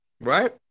right